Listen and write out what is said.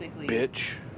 Bitch